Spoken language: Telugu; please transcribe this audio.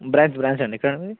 బ్రాంచ్ బ్రాంచ్ అండి ఎక్కడ మీది